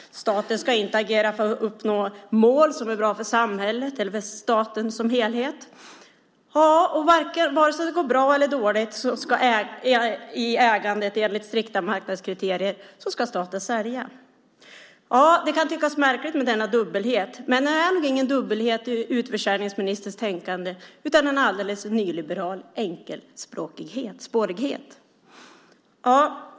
Staten ska inte agera för att uppnå mål som är bra för samhället eller för staten som helhet. Och vare sig ägandet fungerar bra eller dåligt, enligt strikta marknadskriterier, ska staten sälja. Det kan tyckas märkligt med denna dubbelhet, men det är ändå ingen dubbelhet i utförsäljningsministerns tänkande utan en alldeles nyliberal enkelspårighet.